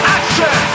Action